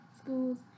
schools